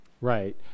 Right